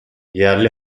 yerli